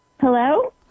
Hello